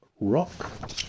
rock